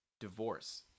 divorce